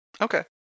Okay